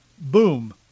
Boom